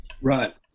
Right